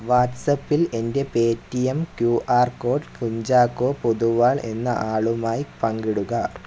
വാട്ട്സപ്പിൽ എൻ്റെ Paytm Q R code Kunchacko Poduval എന്ന ആളുമായി പങ്കിടുക